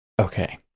Okay